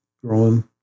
growing